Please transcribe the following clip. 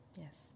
yes